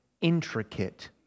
intricate